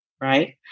right